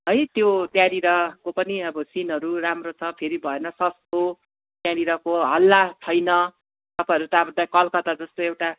है त्यो त्यहाँनेरको पनि अब सिनहरू राम्रो छ फेरि भएन सस्तो त्यहाँनेरको हल्ला छैन तपाईँहरू त अब त्यहाँ कलकत्ता जस्तो एउटा